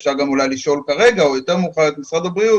אפשר גם אולי לשאול כרגע או יותר מאוחר את משרד הבריאות